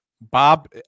Bob